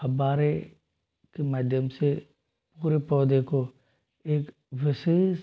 फव्वारे के माध्यम से पूरे पौधे को एक विशेष